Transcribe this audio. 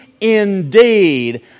indeed